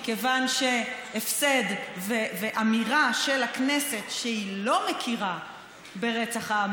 מכיוון שהפסד ואמירה של הכנסת שהיא לא מכירה ברצח העם